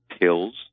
pills